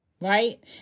right